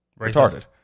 retarded